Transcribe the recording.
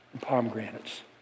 pomegranates